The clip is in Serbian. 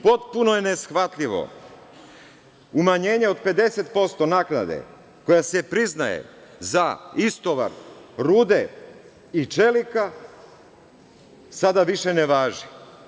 Potpuno je neshvatljivo umanjenje od 50% naknade koja se priznaje za istovar rude i čelika, ona sada više ne važi.